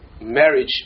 marriage